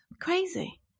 Crazy